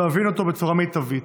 להבין אותו בצורה מיטבית.